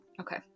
Okay